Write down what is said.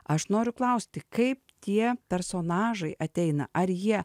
aš noriu klausti kaip tie personažai ateina ar jie